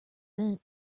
bent